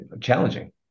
challenging